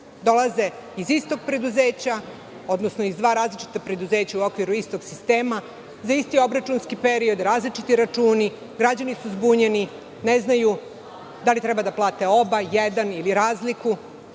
Dolaze iz istog preduzeća, odnosno iz dva različita preduzeća u okviru istog sistema za isti obračunski period različiti računi. Građani su zbunjeni, ne znaju da li treba da plate oba, jedan ili razliku.